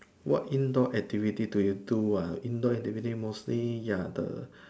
what indoor activity do you do ah indoor activity mostly ya the